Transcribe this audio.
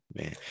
man